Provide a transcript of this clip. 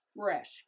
Fresh